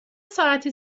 ساعتی